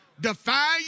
defy